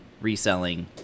reselling